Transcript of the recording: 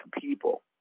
people